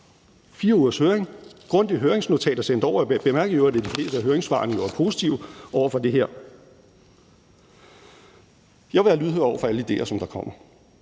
er 4 ugers høring. Et grundigt høringsnotat er sendt over. Bemærk i øvrigt, at de fleste af høringssvarene er positive over for det her. Kl. 12:25 Jeg vil være lydhør over for alle idéer, som der kommer.